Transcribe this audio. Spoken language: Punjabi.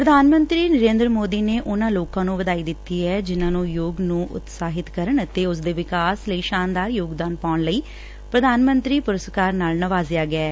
ਪ੍ਧਾਨ ਮੰਤਰੀ ਨਰੇਂਦਰ ਮੋਦੀ ਨੇ ਉਨੂਾਂ ਲੋਕਾਂ ਨੂੰ ਵਧਾਈ ਦਿੱਤੀ ਐ ਜਿਨੂਾਂ ਨੂੰ ਯੋਗ ਨੂੰ ਉਤਸ਼ਾਹਿਤ ਕਰਨ ਅਤੇ ਉਸਦੇ ਵਿਕਾਸ ਲਈ ਸ਼ਾਨਦਾਰ ਯੋਗਦਾਨ ਪਾਉਣ ਲਈ ਪ੍ਧਾਨ ਮੰਤਰੀ ਪੁਰਸਕਾਰ ਨਾਲ ਨਿਵਾਜਿਆ ਗਿਐ